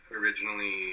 originally